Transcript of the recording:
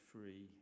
free